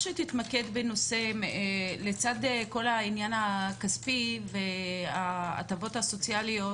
לצד כל העניין הכספי וההטבות הסוציאליות